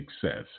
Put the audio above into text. success